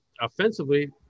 offensively